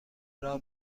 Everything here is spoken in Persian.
راه